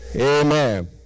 Amen